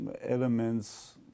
elements